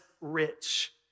rich